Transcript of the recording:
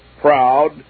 proud